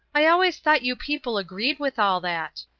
i always thought you people agreed with all that.